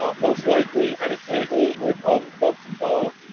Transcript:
ah most likely at a table with all the folks involved.